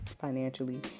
financially